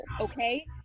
okay